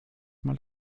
mal